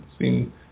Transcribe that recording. seen